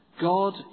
God